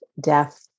death